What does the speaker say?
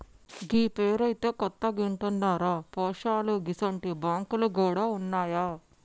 గీ పేరైతే కొత్తగింటన్నరా పోశాలూ గిసుంటి బాంకులు గూడ ఉన్నాయా